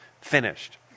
finished